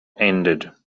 ended